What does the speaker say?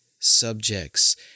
subjects